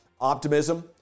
optimism